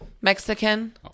Mexican